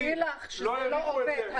שתדעי לך שזה לא עובד.